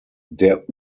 der